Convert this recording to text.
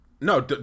No